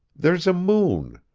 there's a moon.